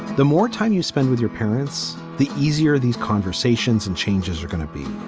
the more time you spend with your parents, the easier these conversations and changes are going to be.